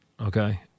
okay